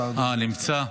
השר, אה, נמצא.